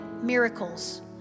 miracles